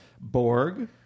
Borg